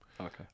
okay